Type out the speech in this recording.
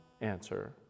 answer